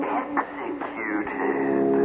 executed